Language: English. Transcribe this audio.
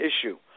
issue